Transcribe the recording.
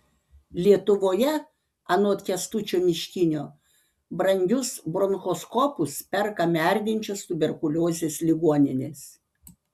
lietuvoje anot kęstučio miškinio brangius bronchoskopus perka merdinčios tuberkuliozės ligoninės